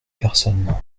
personnes